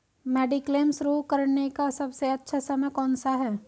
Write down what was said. Mediclaim शुरू करने का सबसे अच्छा समय कौनसा है?